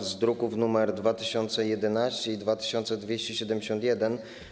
Chodzi o druki nr 2011 i 2271.